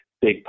big